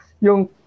yung